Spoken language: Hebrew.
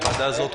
הוועדה הזאת,